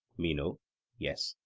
meno yes.